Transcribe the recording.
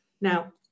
Now